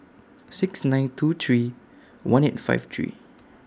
six nine two three one eight five three